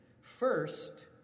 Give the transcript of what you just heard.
First